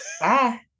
bye